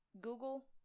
Google